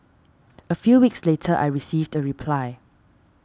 a few weeks later I received a reply